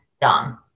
done